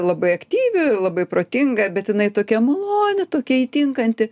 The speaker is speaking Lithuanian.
labai aktyvi labai protinga bet jinai tokia maloni tokia įtinkanti